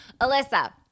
Alyssa